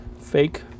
fake